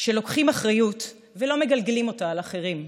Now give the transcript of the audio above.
שלוקחים אחריות ולא מגלגלים אותה על אחרים,